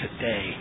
today